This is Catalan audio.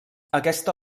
aquesta